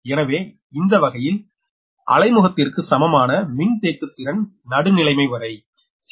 எனவே இந்த வகையில் அலைமுகத்திற்கு சமமான மின்தேக்குத்திறன் நடுநிலைமை வரை Can0